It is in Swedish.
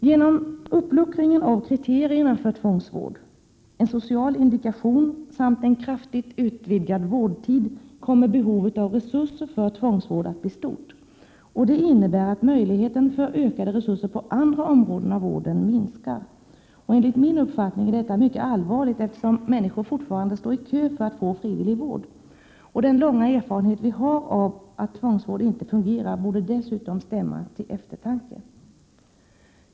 Genom uppluckringen av kriterierna för tvångsvård, en social indikation samt en kraftigt utvidgad vårdtid kommer behovet av resurser för tvångsvård att bli stort. Det innebär att möjligheten för ökade resurser på andra områden av vården minskar. Enligt min uppfattning är detta mycket allvarligt, eftersom människor fortfarande står i kö för att få frivillig vård. Den långa erfarenhet vi har av att tvångsvård inte fungerar borde dessutom stämma till eftertanke.